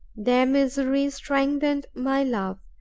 their misery strengthened my love.